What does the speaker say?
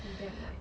she's damn white